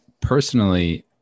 personally